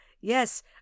Yes